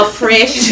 fresh